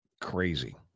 crazy